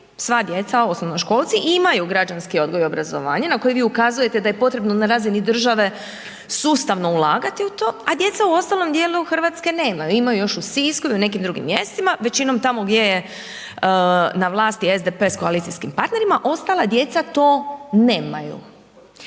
sva djeca, osnovnoškolci imaju građanski odgoj i obrazovanje na koji vi ukazujete da je potrebno na razini države sustavno ulagati u to a djeca u ostalom dijelu Hrvatske nemaju, imaju još u Sisku i u nekim drugim mjestima, većinom tamo gdje je na vlasti SDP sa koalicijskim partnerima a ostala djeca to nemaju.